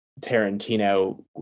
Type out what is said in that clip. Tarantino